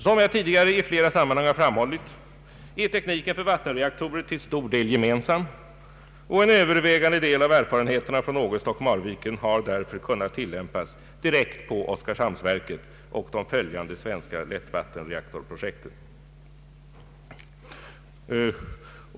Som jag tidigare framhållit är tekniken för vattenreaktorer till stor del gemensam, och en övervägande del av erfarenheterna från Ågesta och Marviken har därför kunnat tillämpas direkt på Oskarshamnsverket och de följande svenska lättvattenreaktorprojekten.